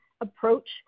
approach